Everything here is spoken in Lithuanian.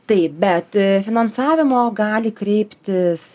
taip bet finansavimo gali kreiptis